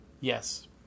Yes